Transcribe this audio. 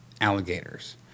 alligators